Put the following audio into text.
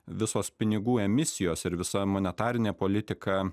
visos pinigų emisijos ir visa monetarinė politika